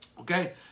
okay